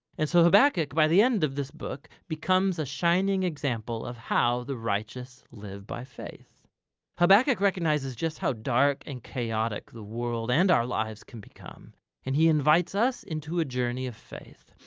and so habakkuk by the end of this book becomes a shining example of how the righteous live by faith habakkuk recognises just how dark and chaotic the world and our lives can become and he invites us into a journey of faith,